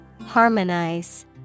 Harmonize